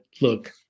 look